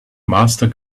master